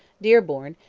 dearborn,